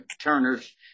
Turner's